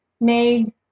made